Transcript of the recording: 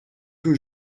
que